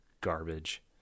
garbage